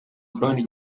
korowani